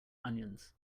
onions